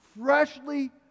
freshly